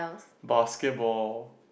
basketball